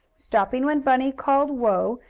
stopping when bunny called whoa!